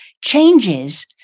changes